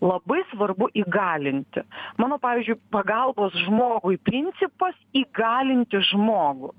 labai svarbu įgalinti mano pavyzdžiui pagalbos žmogui principas įgalinti žmogų